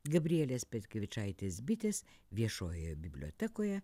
gabrielės petkevičaitės bitės viešojoje bibliotekoje